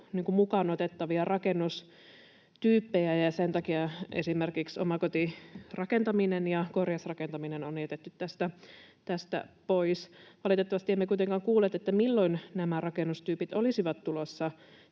mukaan otettavia rakennustyyppejä, ja sen takia esimerkiksi omakotirakentaminen ja korjausrakentaminen on jätetty tästä pois. Valitettavasti emme kuitenkaan kuulleet, milloin nämä rakennustyypit olisivat tulossa